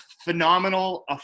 phenomenal